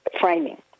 framing